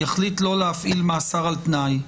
יחליט לא להפעיל מאסר על תנאי,